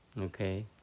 okay